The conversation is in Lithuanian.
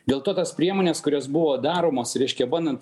dėl to tos priemonės kurios buvo daromos reiškia bandant